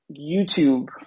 YouTube